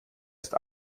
ist